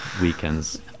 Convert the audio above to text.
weekends